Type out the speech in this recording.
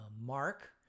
Mark